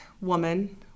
woman